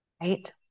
right